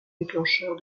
déclencheur